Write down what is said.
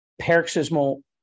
Paroxysmal